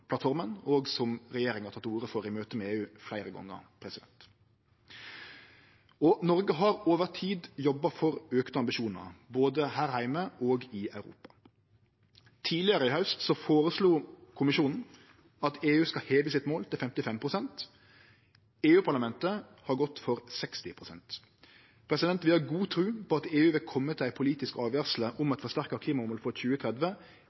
som regjeringa har teke til orde for i møte med EU fleire gonger. Noreg har over tid jobba for auka ambisjonar, både her heime og i Europa. Tidlegare i haust føreslo Kommisjonen at EU skal heve målet sitt til 55 pst. EU-parlamentet har gått inn for 60 pst. Vi har god tru på at EU vil kome til ei politisk avgjersle om eit forsterka klimamål for 2030